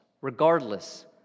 regardless